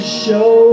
show